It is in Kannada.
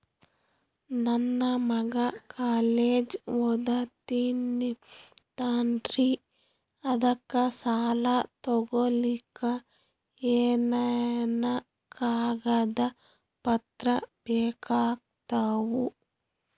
ನನ್ನ ಮಗ ಕಾಲೇಜ್ ಓದತಿನಿಂತಾನ್ರಿ ಅದಕ ಸಾಲಾ ತೊಗೊಲಿಕ ಎನೆನ ಕಾಗದ ಪತ್ರ ಬೇಕಾಗ್ತಾವು?